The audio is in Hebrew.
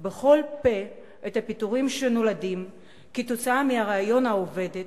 בכל פה את הפיטורים שנולדים כתוצאה מהריון העובדת,